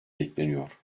bekleniyor